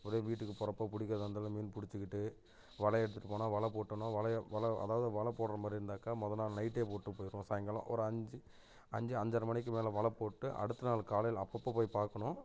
அப்படியே வீட்டுக்கு போகிறப்ப பிடிக்குறதா இருந்தாலும் மீன் பிடிச்சுக்கிட்டு வலை எடுத்துகிட்டு போனால் வலை போட்டோன்னா வலையை வலை அதாவது வலை போடுற மாதிரி இருந்தாக்க மொதல் நாள் நைட்டே போட்டு போயிடுவோம் சாயங்காலம் ஒரு அஞ்சு அஞ்சு அஞ்சரை மணிக்கு மேலே வலை போட்டு அடுத்த நாள் காலையில் அப்பப்போ போய் பார்க்கணும்